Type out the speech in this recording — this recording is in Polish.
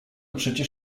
przecież